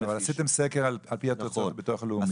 כן, אבל עשיתם סקר על פי התוצאות, ביטוח לאומי.